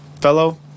fellow